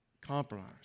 compromise